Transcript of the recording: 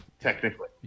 Technically